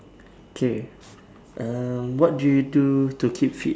okay um what do you do to keep fit